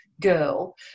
girl